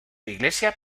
iglesia